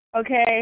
okay